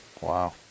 Wow